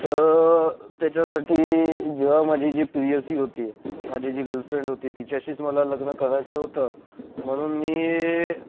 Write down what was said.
तर त्याच्यासाठी जेव्हा माझी जी प्रेयसी होतीमाझी जी गर्लफ्रेंड होती तिच्याशीच मला लग्न करायचं होतं म्हणून मी